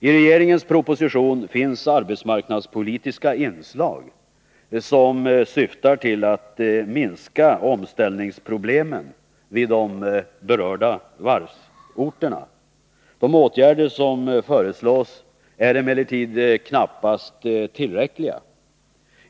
I regeringens proposition finns arbetsmarknadspolitiska inslag som syftar till att minska omställningsproblemen på de berörda varvsorterna. De åtgärder som föreslås är emellertid knappast tillräckliga.